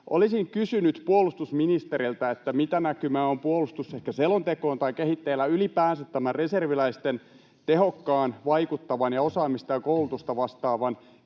Olisin kysynyt puolustusministeriltä, mitä näkymää on ehkä puolustusselontekoon tai ylipäänsä kehitteillä tämän reserviläisten tehokkaan, vaikuttavan ja osaamista ja koulutusta vastaavan